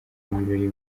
ibirori